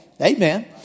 Amen